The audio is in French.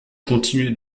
continuait